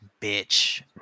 bitch